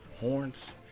horns